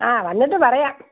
ആ വന്നിട്ട് പറയാം